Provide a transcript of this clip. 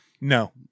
No